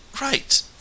right